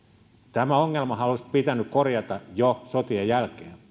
tämä ongelmahan olisi pitänyt korjata jo sotien jälkeen